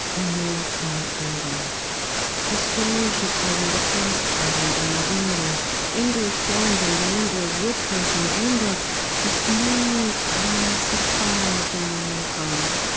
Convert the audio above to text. and your quiet breathing the stories you told me the frost patterns on the windows english horns and banjos wood thrush and june bugs the smooth glassy calm of the morning pond